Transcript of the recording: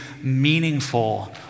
meaningful